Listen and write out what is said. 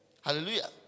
Hallelujah